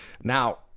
now